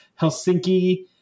Helsinki